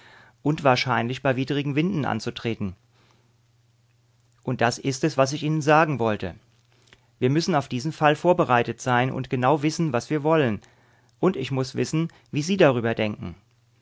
und wahrscheinlich bei widrigen winden anzutreten und das ist es was ich ihnen sagen wollte wir müssen auf diesen fall vorbereitet sein und genau wissen was wir wollen und ich muß wissen wie sie darüber denken